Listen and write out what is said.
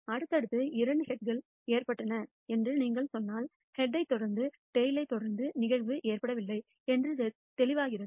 அடுத்தடுத்து இரண்டு ஹெட்கள் ஏற்பட்டன என்று நீங்கள் சொன்னால் ஹெட்யைத் தொடர்ந்து டைல் தொடர்ந்த நிகழ்வு ஏற்படவில்லை என்பது தெளிவாகிறது